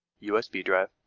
usb drive,